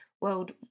World